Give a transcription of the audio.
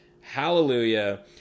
Hallelujah